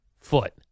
foot